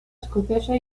escocesa